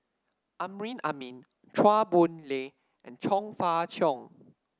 Amrin Amin Chua Boon Lay and Chong Fah Cheong